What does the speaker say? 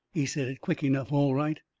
he said it quick enough, all right,